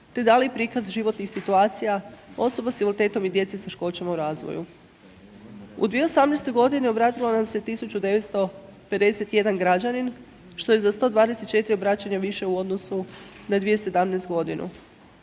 te dali prikaz životnih situacija osoba s invaliditetom i djece s teškoćama u razvoju. U 2018. godini obratilo nam se 1.951 građanin, što je za 124 obraćanja više u odnosu na 2017. godinu.